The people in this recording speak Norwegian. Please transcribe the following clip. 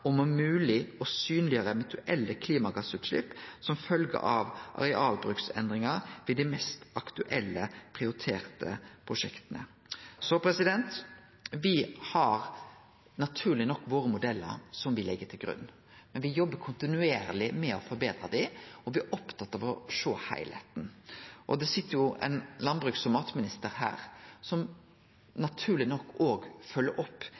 om mogleg å synleggjere eventuelle klimagassutslepp som følgje av arealbruksendringar ved dei mest aktuelle prioriterte prosjekta. Me har naturleg nok våre modellar som me legg til grunn, men me jobbar kontinuerleg med å forbetre dei, og me er opptatt av å sjå heilskapen. Det sit jo ein landbruks- og matminister her, som naturleg nok følgjer opp